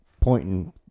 pointing